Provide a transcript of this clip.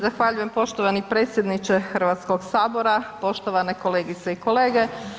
Zahvaljujem poštovani predsjedniče Hrvatskog sabora, poštovane kolegice i kolege.